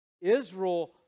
Israel